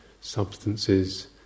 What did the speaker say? substances